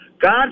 God